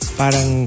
parang